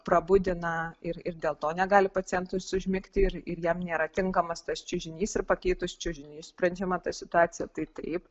prabudina ir ir dėl to negali pacientas užmigti ir ir jam nėra tinkamas tas čiužinys ir pakeitus čiužinį sprendžiama ta situacija tai taip